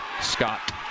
Scott